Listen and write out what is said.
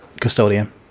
custodian